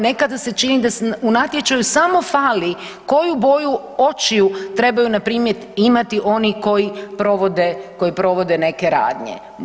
Nekada se čini da u natječaju samo fali koju boju očiju trebaju npr. imati oni koji provode neke radnje.